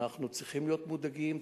אנחנו צריכים להיות מודאגים,